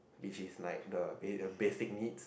which is like the ba~ uh basic needs